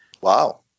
Wow